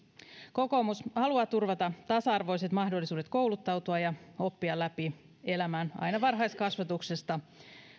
kokoomus haluaa turvata tasa arvoiset mahdollisuudet kouluttautua ja oppia läpi elämän aina varhaiskasvatuksesta